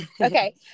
okay